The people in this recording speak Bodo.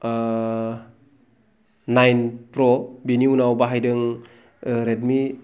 ओ नाइन प्र बिनि उनाव बाहायदों ओ रेडमि